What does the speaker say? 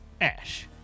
Ash